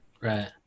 Right